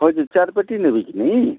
ହଁ ଯେ ଚାରି ପେଟି ନେବିକି ନି